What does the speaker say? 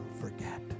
forget